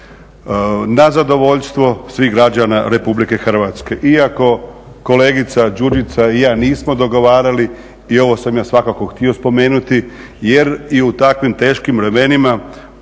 na zadovoljstvo svih građana Republike Hrvatske. Iako kolegica Đurđica i ja nismo dogovarali i ovo sam ja svakako htio spomenuti jer i u takvim teškim vremenima